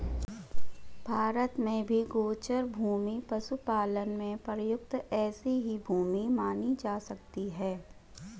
भारत में भी गोचर भूमि पशुपालन में प्रयुक्त ऐसी ही भूमि मानी जा सकती है